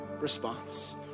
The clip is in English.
response